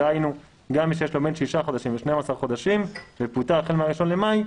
דהיינו גם מי שיש לו בין שישה חודשים ל-12 חודשים ופוטר החל מה-1 במאי,